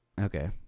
okay